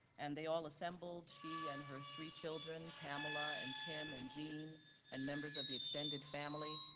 and they all assembled, she and her three children, pamela and tim and gene and members of the extended family.